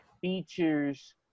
features